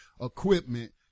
equipment